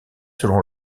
selon